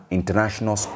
International